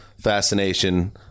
fascination